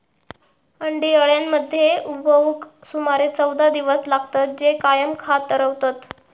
अंडी अळ्यांमध्ये उबवूक सुमारे चौदा दिवस लागतत, जे कायम खात रवतत